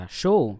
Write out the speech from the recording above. show